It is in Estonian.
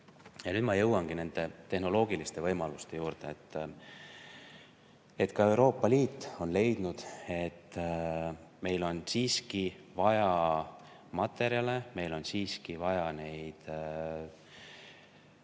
Nüüd ma jõuangi tehnoloogiliste võimaluste juurde. Ka Euroopa Liit on leidnud, et meil on siiski vaja materjale, meil on siiski vaja neid